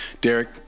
Derek